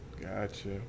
Gotcha